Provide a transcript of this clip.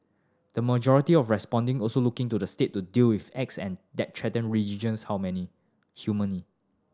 the majority of responding also looked to the State to deal with acts that threaten religious how many harmony